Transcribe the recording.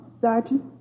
Sergeant